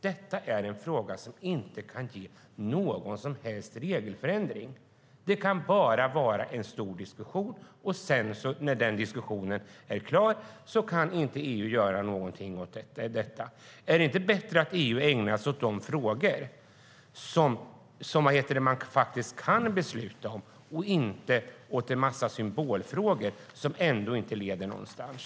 Detta är en fråga som inte kan ge någon som helst regelförändring. Det kan bara vara en stor diskussion, och när den diskussionen är klar kan inte EU göra något åt detta. Är det inte bättre att EU ägnar sig åt de frågor som man faktiskt kan besluta om och inte en massa symbolfrågor som ändå inte leder någonstans?